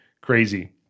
crazy